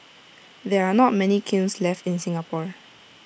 there are not many kilns left in Singapore